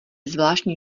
zvláštní